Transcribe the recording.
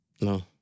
No